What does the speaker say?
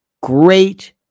Great